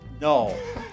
No